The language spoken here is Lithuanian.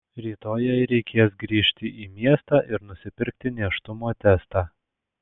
rytoj jai reikės grįžti į miestą ir nusipirkti nėštumo testą